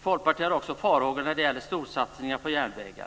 Folkpartiet har också farhågor när det gäller storsatsningar på järnvägar.